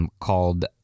Called